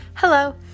Hello